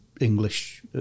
English